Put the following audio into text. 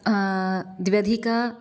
द्व्यधिक